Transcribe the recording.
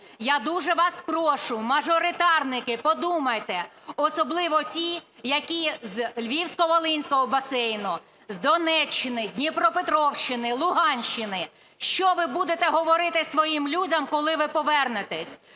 Я дуже вас прошу, мажоритарники, подумайте, особливо ті, які з Львівсько-Волинського басейну, з Донеччини, Дніпропетровщини, Луганщини. Що ви будете говорити своїм людям, коли ви повернетесь?